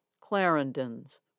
clarendon's